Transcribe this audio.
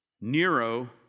Nero